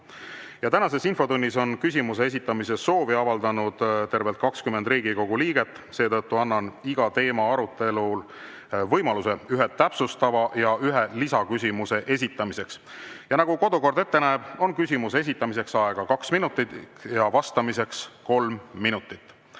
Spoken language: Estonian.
Tänases infotunnis on küsimuse esitamise soovi avaldanud tervelt 20 Riigikogu liiget. Seetõttu annan iga teema arutelul võimaluse ühe täpsustava ja ühe lisaküsimuse esitamiseks. Ja nagu kodukord ette näeb, on küsimuse esitamiseks aega kaks minutit ja vastamiseks kolm minutit.